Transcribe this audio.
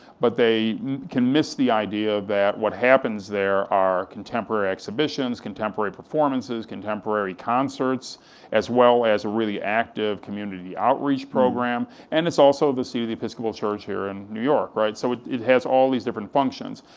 but they can miss the idea that what happens there are contemporary exhibitions, contemporary performances, contemporary concerts as well as really active community outreach program, and it's also the seat of the episcopal church here in new york, so it has all these different functions.